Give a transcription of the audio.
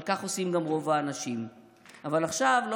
אבל כך עושים גם רוב האנשים.